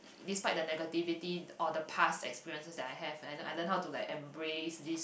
despite the negativity or the past experiences that I have I I learn how to like embrace this